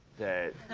that